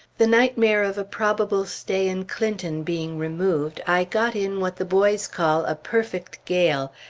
the nightmare of a probable stay in clinton being removed, i got in what the boys call a perfect gale,